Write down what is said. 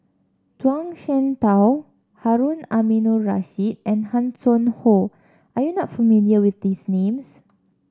Zhuang Shengtao Harun Aminurrashid and Hanson Ho are you not familiar with these names